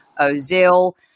Ozil